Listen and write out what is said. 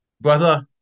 brother